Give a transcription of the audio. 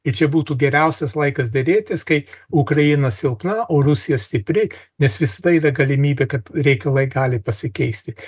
ir čia būtų geriausias laikas derėtis kai ukraina silpna o rusija stipri nes visada yra galimybė kad reikalai gali pasikeisti